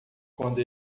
quando